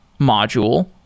module